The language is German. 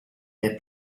der